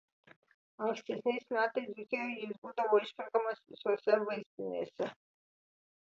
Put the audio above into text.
ankstesniais metais dzūkijoje jis būdavo išperkamas visose vaistinėse